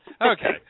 Okay